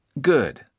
Good